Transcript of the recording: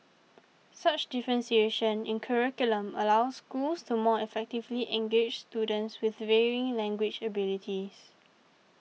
such differentiation in curriculum allows schools to more effectively engage students with varying language abilities